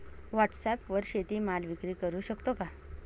व्हॉटसॲपवर शेती माल विक्री करु शकतो का?